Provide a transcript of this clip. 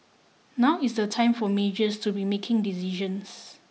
now is the time for majors to be making decisions